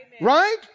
right